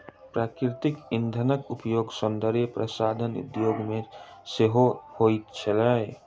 प्राकृतिक इंधनक उपयोग सौंदर्य प्रसाधन उद्योग मे सेहो होइत अछि